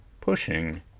Pushing